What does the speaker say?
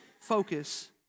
focus